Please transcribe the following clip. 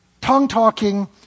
tongue-talking